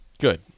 Good